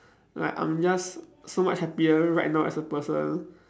like I'm just so much happier right now as a person